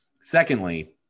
Secondly